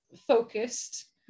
Focused